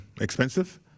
expensive